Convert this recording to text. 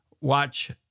watch